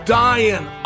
dying